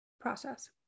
process